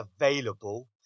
available